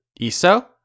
Iso